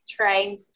trying